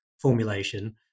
formulation